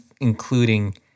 Including